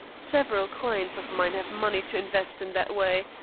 several clients of mine have money to invest in that way,